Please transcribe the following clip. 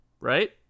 right